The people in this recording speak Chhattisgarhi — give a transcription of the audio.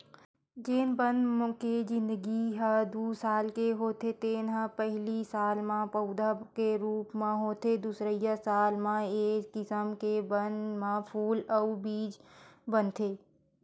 जेन बन के जिनगी ह दू साल के होथे तेन ह पहिली साल म पउधा के रूप म होथे दुसरइया साल म ए किसम के बन म फूल अउ बीज बनथे